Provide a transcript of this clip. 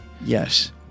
Yes